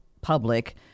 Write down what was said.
public